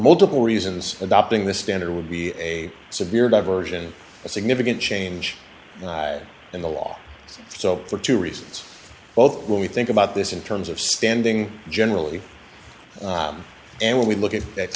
multiple reasons adopting the standard would be a severe diversion a significant change in the law so for two reasons both when we think about this in terms of spending generally and when we look at